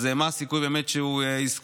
אז מה הסיכוי שהוא יזכור,